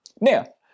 Now